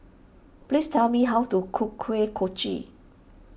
please tell me how to cook Kuih Kochi